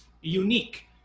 unique